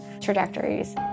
trajectories